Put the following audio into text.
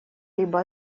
либо